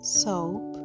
soap